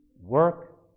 work